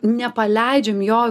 nepaleidžiam jo